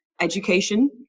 education